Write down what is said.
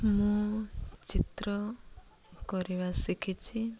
ମୁଁ ଚିତ୍ର କରିବା ଶିଖିଛି